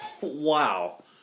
Wow